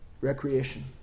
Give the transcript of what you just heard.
recreation